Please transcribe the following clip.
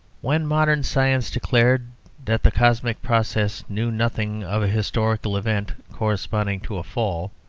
when modern science declared that the cosmic process knew nothing of a historical event corresponding to a fall,